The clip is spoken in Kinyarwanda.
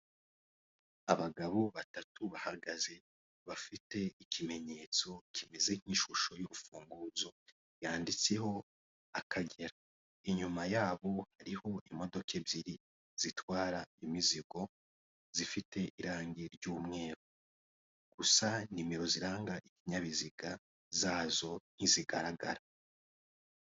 Abagabo batatu bahagaze bafite ikimenyetso kimeze nk'ishusho y'urufunguzo yanditseho akagera, inyuma yabo hariho imodoka ebyiri zitwara imizigo zifite irange ry'umweru gusa nimero ziranga ikininyabiziga zazo ntizigaragara.